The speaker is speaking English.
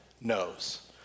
knows